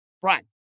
Brian